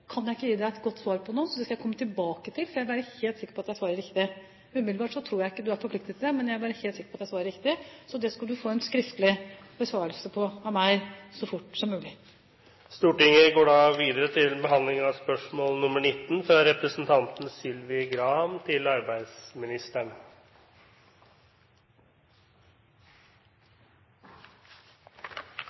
kan jeg ikke gi et godt svar på nå. Det skal jeg komme tilbake til, for jeg vil være helt sikker på at jeg svarer riktig. Umiddelbart tror jeg ikke du har forpliktelser, men jeg vil være helt sikker på at jeg svarer riktig. Det skal representanten få en skriftlig besvarelse på av meg så fort som mulig. Spørsmål 18 er besvart. «Riksrevisjonen har tidligere avdekket mangler i Arbeids- og velferdsetatens forvaltning av tilpasning og stønad til